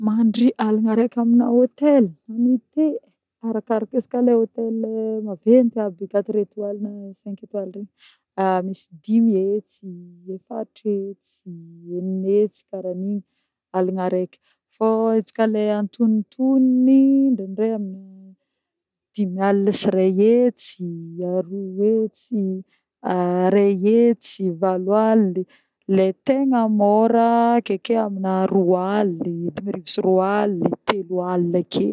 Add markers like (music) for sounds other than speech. Mandry aligna reka amina hôtel na nuitée arakaraka: izy koà le hôtel maventy aby quatre étoiles na cinq étoiles regny (hesitation) misy dimy hetsy, efatra hetsy, enigna hetsy karan'igny aligny reka fô izy koà le antognontognony ndraindray amina dimy aligna sy iray hetsy, aroa hetsy, aray hetsy, valo aligny, le tegna môra akeke amina roa aligny, dimy arivo sy roa aligny, telo aligny ake.